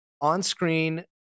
on-screen